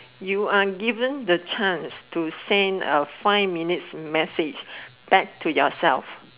you are given the chance to send a five minutes message back to yourself